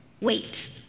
Wait